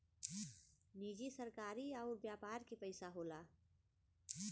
निजी सरकारी अउर व्यापार के पइसा होला